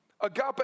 agape